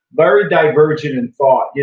very divergent in thought. yeah